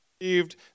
received